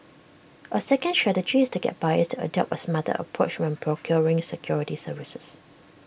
A second strategy is to get buyers to adopt A smarter approach when procuring security services